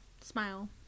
smile